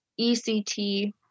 ECT